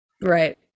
Right